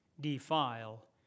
defile